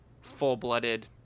full-blooded –